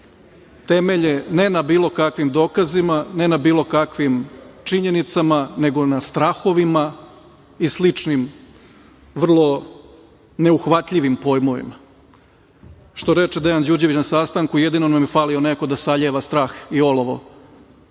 temelje ne na bilo kakvim dokazima, ne na bilo kakvim činjenicama, nego na strahovima i sličnim vrlo neuhvatljivim pojmovima. Što reče Dejan Đurđević na sastanku, jedino nam je falio neko da saljeva strah i olovo